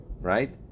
right